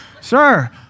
sir